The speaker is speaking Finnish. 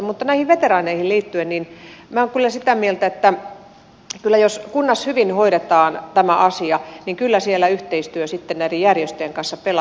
mutta näihin veteraaneihin liittyen minä olen kyllä sitä mieltä että jos kunnassa hyvin hoidetaan tämä asia niin kyllä siellä yhteistyö sitten näiden järjestöjen kanssa pelaa